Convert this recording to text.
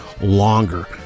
longer